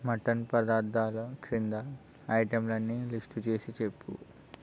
mutton పదార్థాల కింద ఐటెంలన్నీ లిస్టు చేసి చెప్పు